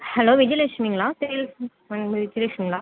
hello விஜயலக்ஷ்மிங்களா sales manager விஜயலக்ஷ்சுமிங்களா